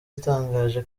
itangaje